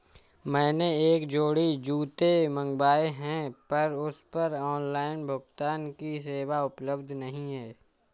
मैंने एक जोड़ी जूते मँगवाये हैं पर उस पर ऑनलाइन भुगतान की सेवा उपलब्ध नहीं है